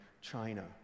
China